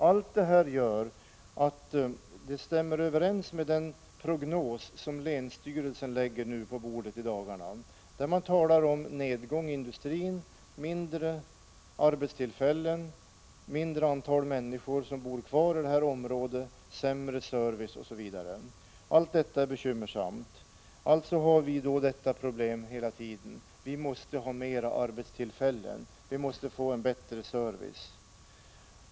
Allt detta stämmer överens med den prognos som länsstyrelsen lägger på bordet i dagarna. Där talar man om nedgång i industrin, färre arbetstillfällen, mindre antal människor som bor kvar i området, sämre service osv. Allt detta är bekymmersamt. Vi har alltså hela tiden detta problem att vi måste ha fler arbetstillfällen. Vi måste få en bättre service.